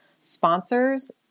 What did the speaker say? sponsors